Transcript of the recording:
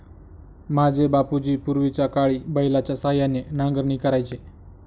माझे बाबूजी पूर्वीच्याकाळी बैलाच्या सहाय्याने नांगरणी करायचे